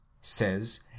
says